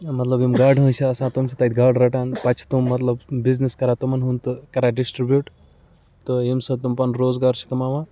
مطلب یِم گاڈٕ ہٲنٛز چھِ آسان تِم چھِ تَتہِ گاڑٕ رَٹان پَتہٕ چھِ تِم مطلب بِزنٮ۪س کَران تِمَن ہُںٛد تہٕ کَران ڈِسٹِرٛبیوٗٹ تہٕ ییٚمہٕ سۭتۍ تِم پَنُن روزگار چھِ کَماوان